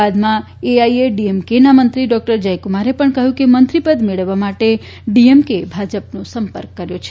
બાદમાં એઆઇએડીએમકેના મંત્રી ડોકટર જયક્કમારે પણ કહ્યું કે મંત્રીપદ મેળવવા માટે ડીએમકે એ ભાજપનો સંપર્ક કર્યો છે